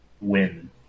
win